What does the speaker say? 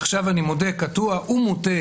עכשיו אני מודה קטוע ומוטעה,